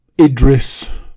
Idris